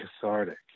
cathartic